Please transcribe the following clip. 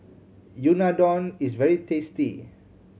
unadon is very tasty